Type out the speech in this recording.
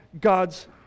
God's